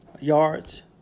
yards